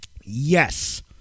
Yes